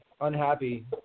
unhappy